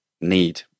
need